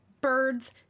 birds